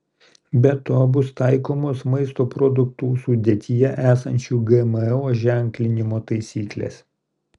be to bus taikomos maisto produktų sudėtyje esančių gmo ženklinimo taisyklės